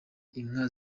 inka